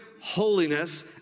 holiness